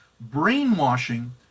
Brainwashing